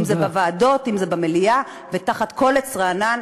אם בוועדות, אם במליאה, ותחת כל עץ רענן.